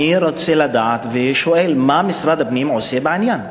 אני רוצה לדעת ושואל מה משרד הפנים עושה בעניין,